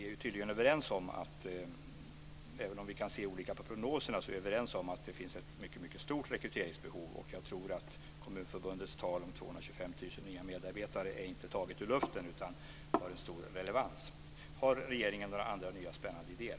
Även om vi kan se olika på prognoserna är vi överens om att det finns ett mycket stort rekryteringsbehov. Jag tror att Kommunförbundets tal om 225 000 nya medarbetare inte är taget ut luften, utan det har en stor relevans. Har regeringen några andra nya spännande idéer?